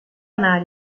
anar